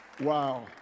Wow